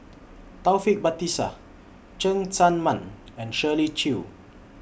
Taufik Batisah Cheng Tsang Man and Shirley Chew